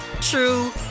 true